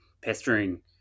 pestering